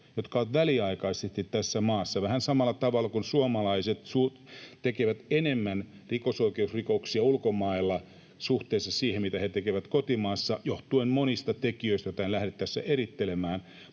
jotka ovat väliaikaisesti tässä maassa — vähän samalla tavalla kuin suomalaiset tekevät enemmän rikosoikeusrikoksia ulkomailla suhteessa siihen, mitä he tekevät kotimaassa, johtuen monista tekijöistä, joita en lähde tässä erittelemään.